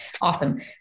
Awesome